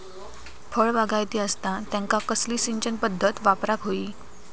फळबागायती असता त्यांका कसली सिंचन पदधत वापराक होई?